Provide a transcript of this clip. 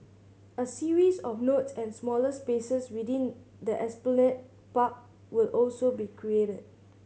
a series of nodes and smaller spaces within the Esplanade Park will also be created